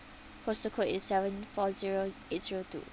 postal code is seven four zero eight zero two